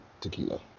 tequila